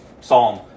Psalm